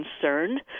concerned